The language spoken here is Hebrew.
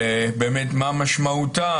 באמת מה משמעותה.